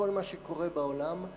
בכל מה שקורה בעולם,